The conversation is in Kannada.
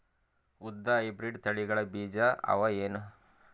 ಉದ್ದ ಹೈಬ್ರಿಡ್ ತಳಿಗಳ ಬೀಜ ಅವ ಏನು?